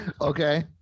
Okay